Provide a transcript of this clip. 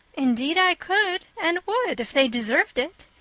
indeed, i could and would, if they deserved it,